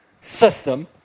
system